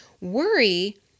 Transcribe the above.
Worry